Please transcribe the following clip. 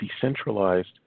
decentralized